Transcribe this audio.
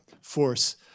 force